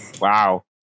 Wow